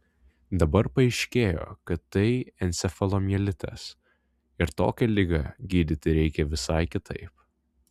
dabar paaiškėjo kad tai encefalomielitas ir tokią ligą gydyti reikia visai kitaip